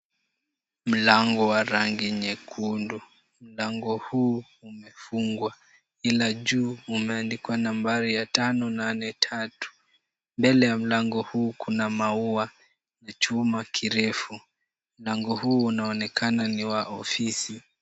Mlango wa rangi nyekundu. Mlango huu umefungwa ila juu umeandikwa nambari ya tano, nane, tatu. Mbele ya mlango huu kuna maua ya chuma kirefu. Mlango huu unaonekana ni wa ofisi.